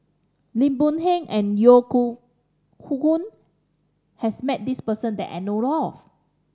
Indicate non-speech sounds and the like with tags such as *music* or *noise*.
Lim Boon Heng and Yeo *unintelligible* Hoe Koon has met this person that I know of